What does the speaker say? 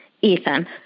Ethan